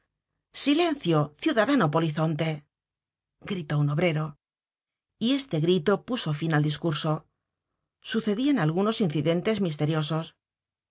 silencio ciudadano polizonte gritó un obrero content from google book search generated at y este grito puso fin al discurso sucedian algunos incidentes misteriosos